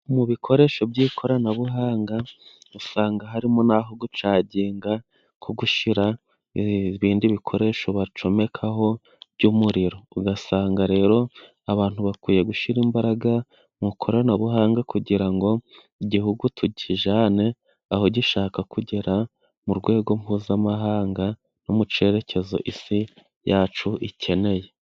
Mu bikoresho by'ikoranabuhanga usanga harimo n'aho gucaginga ko gushyira ibindi bikoresho bacomekaho by'umuriro, ugasanga rero abantu bakwiye gushyira imbaraga mu ikoranabuhanga kugira ngo igihugu tukijyane aho gishaka kugera mu rwego Mpuzamahanga no mu cyerekezo isi yacu ikeneye.